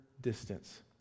distance